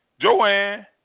Joanne